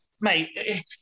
mate